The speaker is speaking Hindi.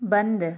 बंद